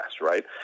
right